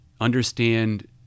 understand